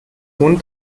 huhn